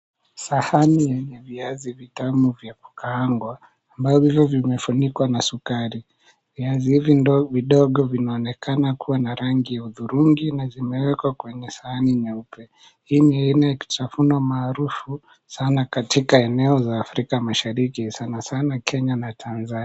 Sahani yenye viazi vitamu vya kukaangwa, ambavyo vimefunikwa na sukari. Viazi hizi vidogo vinaonekana kuwa na rangi ya hudhurungi na zimewekwa kwenye sahani nyeupe. Hii ni Ile kitafuno maarufu sana katika eneo za afrika mashariki sana sana kenya na Tanzania.